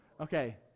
Okay